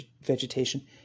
vegetation